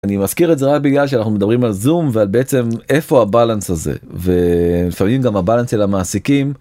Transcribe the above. אני מזכיר את זה בגלל שאנחנו מדברים על זום ועל בעצם איפה הבאלנס הזה ולפעמים גם הבאלנס של המעסיקים.